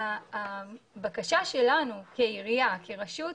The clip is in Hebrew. הבקשה שלנו כעירייה, כרשות,